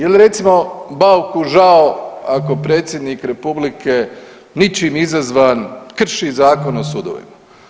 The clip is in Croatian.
Je li recimo Bauku žao ako predsjednik republike ničim izazvan krši Zakon o sudovima?